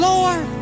Lord